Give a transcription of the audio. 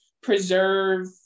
preserve